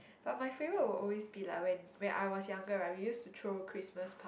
but my favorite will always be like when when I was younger right we used to throw Christmas par~